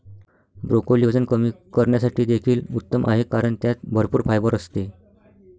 broccoli वजन कमी करण्यासाठी देखील उत्तम आहे कारण त्यात भरपूर फायबर असते